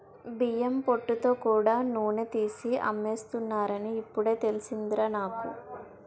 బియ్యం పొట్టుతో కూడా నూనె తీసి అమ్మేస్తున్నారని ఇప్పుడే తెలిసిందిరా నాకు